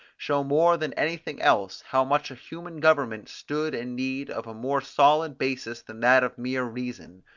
show more than anything else how much human governments stood in need of a more solid basis than that of mere reason,